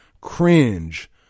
cringe